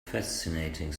fascinating